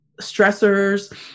stressors